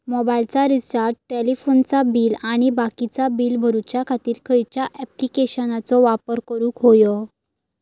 मोबाईलाचा रिचार्ज टेलिफोनाचा बिल आणि बाकीची बिला भरूच्या खातीर खयच्या ॲप्लिकेशनाचो वापर करूक होयो?